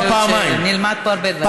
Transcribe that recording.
אני חושבת שנלמד פה הרבה דברים.